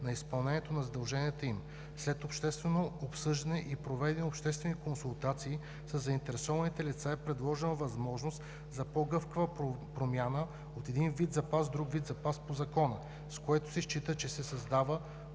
на изпълнението на задълженията им; - след общественото обсъждане и проведени обществени консултации със заинтересовани лица е предложена възможност за по-гъвкава промяна от един вид запас в друг вид запас по Закона, с което се счита, че се създава